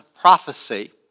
prophecy